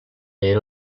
era